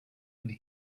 could